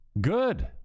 Good